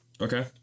okay